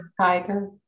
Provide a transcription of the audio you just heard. Tiger